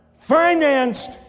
financed